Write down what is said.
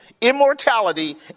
immortality